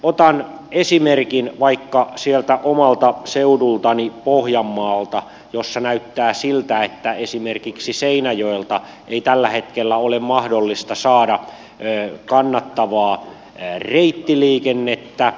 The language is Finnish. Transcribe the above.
otan esimerkin vaikka sieltä omalta seudultani pohjanmaalta jossa näyttää siltä että esimerkiksi seinäjoelta ei tällä hetkellä ole mahdollista saada kannattavaa reittiliikennettä